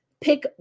pick